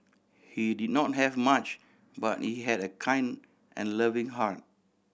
he did not have much but he had a kind and loving heart